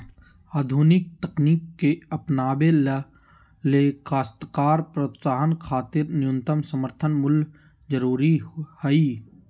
आधुनिक तकनीक के अपनावे ले काश्तकार प्रोत्साहन खातिर न्यूनतम समर्थन मूल्य जरूरी हई